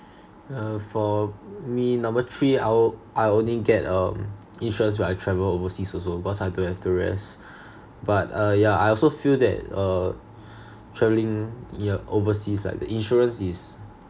uh for me number three I will I only get a insurance when I travel overseas because I don't have the rest but uh yeah I also feel that uh travelling yeah overseas like the insurance is